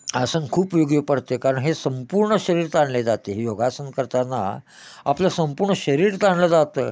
आसन खूप योगी पडते कारण हे संपूर्ण शरीर ताणले जाते योगासन करताना आपलं संपूर्ण शरीर ताणलं जातं